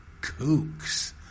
kooks